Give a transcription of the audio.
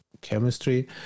chemistry